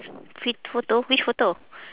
ph~ photo which photo